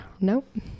Nope